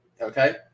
Okay